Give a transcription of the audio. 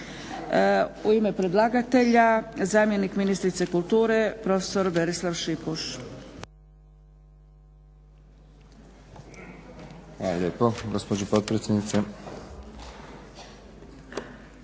U ime predlagatelja zamjenik ministrice kulture prof. Berislav Šipuš.